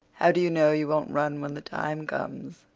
how do you know you won't run when the time comes?